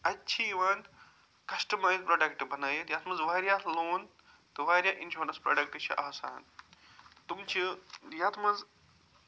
اَتہِ چھِ یِوان کسٹٕمایِز پرٛوڈکٹہٕ بنٲوِتھ یَتھ منٛز وارِیاہ لون تہٕ وارِیاہ اِنشورنس پرٛوڈکٹہٕ چھِ آسان تِم چھِ یَتھ منٛز